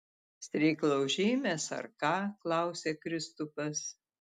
streiklaužiai mes ar ką klausia kristupas